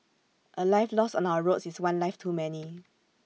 A life lost on our roads is one life too many